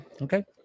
Okay